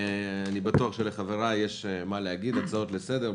אני בטוח שלחבריי יש מה להגיד, הצעות לסדר.